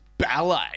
Ballet